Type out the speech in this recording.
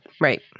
Right